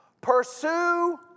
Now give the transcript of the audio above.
Pursue